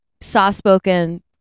soft-spoken